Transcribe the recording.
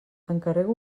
encarrego